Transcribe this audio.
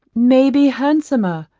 may be handsomer,